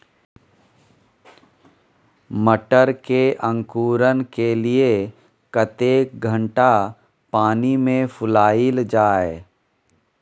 मटर के अंकुरण के लिए कतेक घंटा पानी मे फुलाईल जाय?